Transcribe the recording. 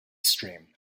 stream